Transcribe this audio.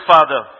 Father